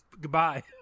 goodbye